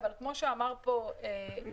אך כמו שאמר פה חברי,